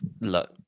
look